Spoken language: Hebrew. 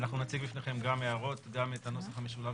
אנחנו נציג בפניכם גם הערות וגם את הנוסח המשולב